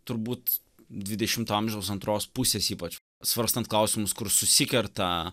turbūt dvidešimto amžiaus antros pusės ypač svarstant klausimus kur susikerta